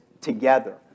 together